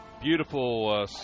Beautiful